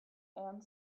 and